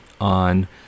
on